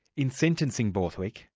in sentencing borthwick,